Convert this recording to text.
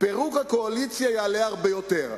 "פירוק הקואליציה יעלה הרבה יותר".